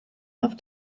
have